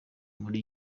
muri